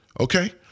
Okay